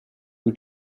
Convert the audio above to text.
who